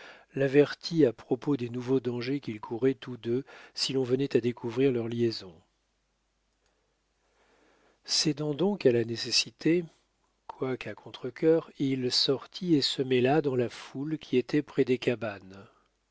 l'avertit à propos des nouveaux dangers qu'ils couraient tous deux si l'on venait à découvrir leur liaison cédant donc à la nécessité quoiqu'à contre-cœur il sortit et se mêla dans la foule qui était près des cabanes